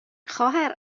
خواهر